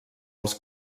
als